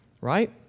Right